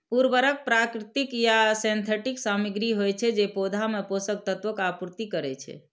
उर्वरक प्राकृतिक या सिंथेटिक सामग्री होइ छै, जे पौधा मे पोषक तत्वक आपूर्ति करै छै